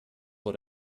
vor